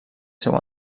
seu